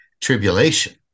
tribulation